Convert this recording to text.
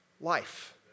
life